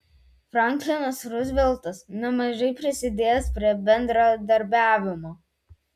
franklinas ruzveltas nemažai prisidėjęs prie bendradarbiavimo